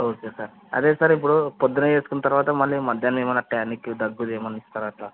okay sir అదే sir ఇప్పుడు పొద్దున్న వేసుకున్న తర్వాత మళ్ళీ మధ్యాహ్నం ఏవైనా టానిక్ దగ్గు ఏమైనా ఇస్తారా సార్